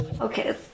Okay